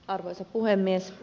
arvoisa puhemies